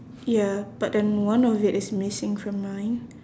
ya but then one of it is missing from mine